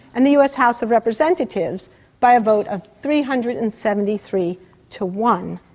and the us house of representatives by a vote of three hundred and seventy three to one.